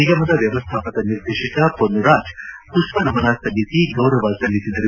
ನಿಗಮದ ವ್ಯವಸ್ಥಾಪಕ ನಿರ್ದೇಶಕ ಮೊನ್ನುರಾಜ್ ಮಪ್ಪ ನಮನ ಸಲ್ಲಿಸಿ ಗೌರವ ಸಲ್ಲಿಸಿದರು